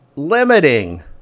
limiting